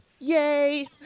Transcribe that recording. Yay